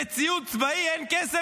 לציוד צבאי אין כסף.